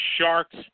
Sharks